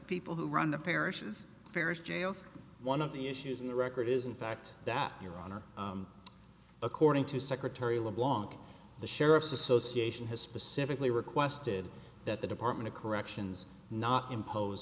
people who run the parishes parish jails one of the issues in the record is in fact that your honor according to secretary leblanc the sheriffs association has specifically requested that the department of corrections not impose